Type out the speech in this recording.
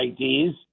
IDs